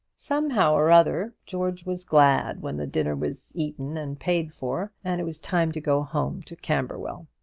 somehow or other, george was glad when the dinner was eaten and paid for, and it was time to go home to camberwell.